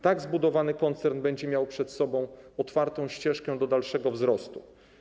Tak zbudowany koncern będzie miał przed sobą otwartą ścieżkę do dalszego wzrostu.